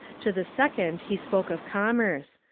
to the second he spoke of commerce.